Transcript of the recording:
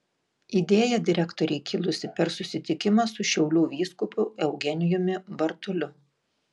idėja direktorei kilusi per susitikimą su šiaulių vyskupu eugenijumi bartuliu